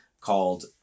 called